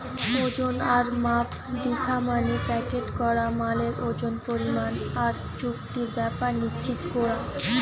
ওজন আর মাপ দিখা মানে প্যাকেট করা মালের ওজন, পরিমাণ আর চুক্তির ব্যাপার নিশ্চিত কোরা